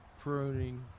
pruning